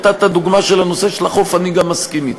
נתת דוגמה של הנושא של החוף, ואני גם מסכים אתך.